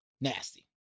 Nasty